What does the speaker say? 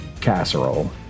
casserole